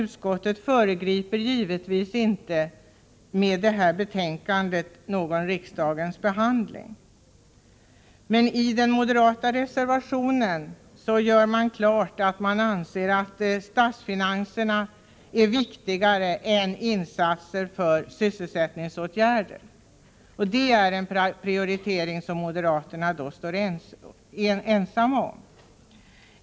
Utskottet föregriper givetvis inte med detta betänkande någon riksdagens behandling. I den moderata reservationen görs klart att moderaterna anser att statsfinanserna är viktigare än insatser för sysselsättningsåtgärder, och det är en prioritering som moderaterna står ensamma om.